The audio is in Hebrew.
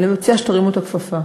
אני מציעה שתרימו את הכפפה,